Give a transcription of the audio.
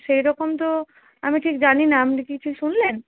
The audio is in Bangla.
সেইরকম তো আমি ঠিক জানি না আপনি কি কিছু শুনলেন